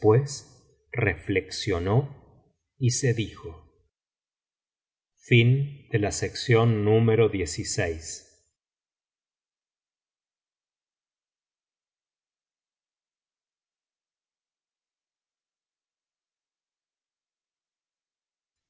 reflexionó y se dijo